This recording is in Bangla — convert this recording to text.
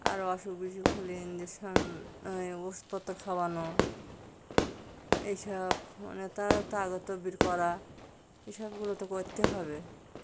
আর অসুখ বিসুখ হলে ইঞ্জেকশন ওষুধপত্র খাওয়ানো এইসব মানে তারা তাগো তদবির করা এইসবগুলো তো করতে হবে